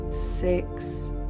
six